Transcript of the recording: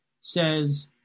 says